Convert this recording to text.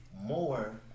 more